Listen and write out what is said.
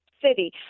city